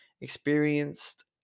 experienced